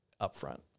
upfront